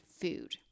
food